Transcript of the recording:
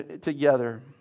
together